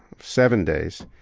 seven days,